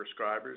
prescribers